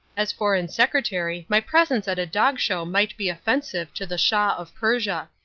as foreign secretary my presence at a dog show might be offensive to the shah of persia.